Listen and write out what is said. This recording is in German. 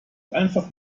einfach